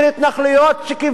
אין התנחלויות חוקיות.